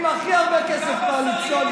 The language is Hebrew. עם הכי הרבה כסף קואליציוני,